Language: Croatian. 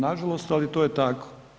Nažalost ali to je tako.